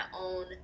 own